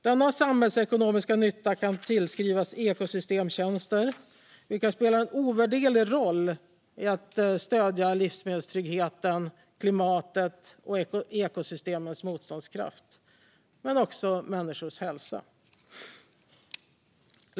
Denna samhällsekonomiska nytta kan tillskrivas ekosystemtjänster, vilka spelar en ovärderlig roll i att stödja livsmedelstryggheten, klimatet och ekosystemens motståndskraft - men också människors hälsa.